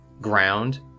ground